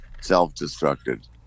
self-destructed